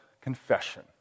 confession